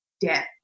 death